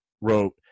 wrote